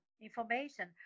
information